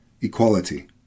Equality